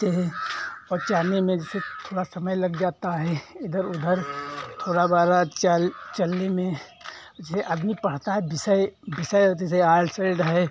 है और चलने में जैसे थोड़ा समय लग जाता है इधर उधर थोड़ा बाड़ा चलने में जो आदमी पढ़ता है विषय विषय जैसे आल्ट साइड है